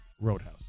Roadhouse